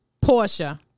Portia